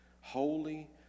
holy